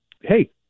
hey